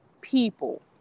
people